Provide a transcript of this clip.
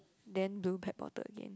then blue pet bottle again